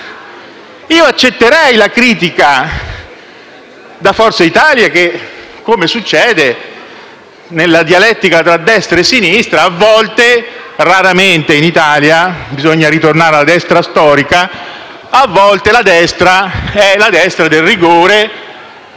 Io accetterei la critica da Forza Italia che, come succede, nella dialettica tra destra e sinistra a volte - raramente in Italia perché bisogna ritornare alla Destra storica - incarna la destra del rigore,